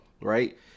right